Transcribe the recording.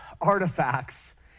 artifacts